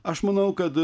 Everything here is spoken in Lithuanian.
aš manau kad